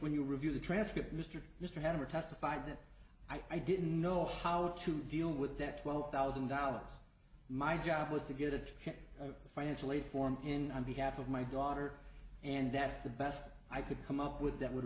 when you review the transcript mr mr hammer testified that i didn't know how to deal with that twelve thousand dollars my job was to get a check of the financial aid form in behalf of my daughter and that's the best i could come up with that would